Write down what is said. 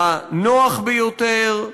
הנוח ביותר,